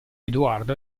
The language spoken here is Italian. edoardo